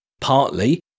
partly